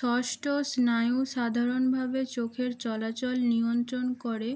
ষষ্ট স্নায়ু সাধারণভাবে চোখের চলাচল নিয়ন্ত্রণ করে